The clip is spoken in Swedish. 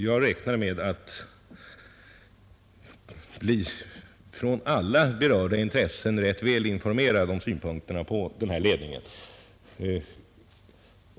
Jag räknar med att bli rätt väl informerad från alla berörda intressen om synpunkterna på denna ledning.